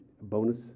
Bonus